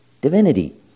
divinity